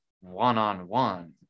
one-on-one